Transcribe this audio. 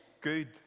good